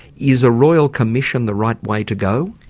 is a royal commission the right way to go?